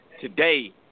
today